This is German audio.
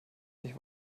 sich